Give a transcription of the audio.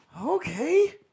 Okay